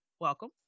Welcome